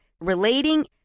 relating